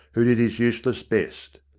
who did his useless best.